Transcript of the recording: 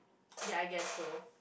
ya I guess so